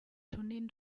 tourneen